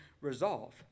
resolve